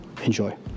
Enjoy